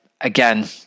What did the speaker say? again